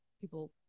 people